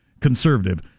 conservative